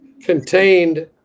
contained